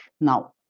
Now